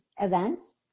events